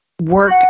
work